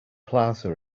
plaza